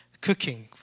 cooking